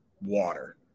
water